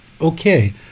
Okay